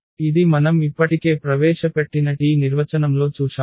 ఇది మనం ఇప్పటికే ప్రవేశపెట్టిన t నిర్వచనంలో చూశాము